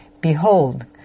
Behold